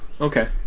Okay